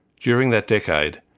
during that decade,